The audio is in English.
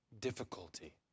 difficulty